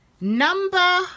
Number